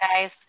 guys